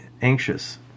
anxious